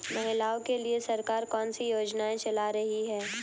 महिलाओं के लिए सरकार कौन सी योजनाएं चला रही है?